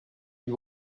you